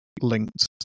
linked